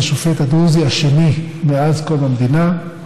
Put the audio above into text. את השופט הדרוזי השני מאז קום המדינה,